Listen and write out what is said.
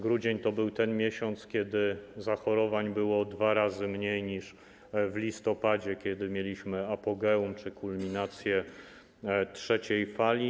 Grudzień to był ten miesiąc, kiedy zachorowań było dwa razy mniej niż w listopadzie, kiedy mieliśmy apogeum czy kulminację drugiej fali.